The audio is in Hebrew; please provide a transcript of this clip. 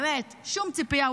באמת שום ציפייה,